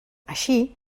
així